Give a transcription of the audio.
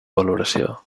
valoració